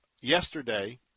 yesterday